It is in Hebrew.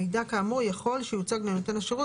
מידע כאמור יכול שיוצג לנותן השירות